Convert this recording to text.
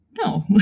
no